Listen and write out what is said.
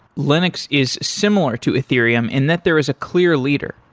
linux is similar to ethereum and that there is a clear leader.